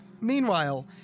Meanwhile